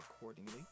accordingly